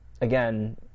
again